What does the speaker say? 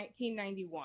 1991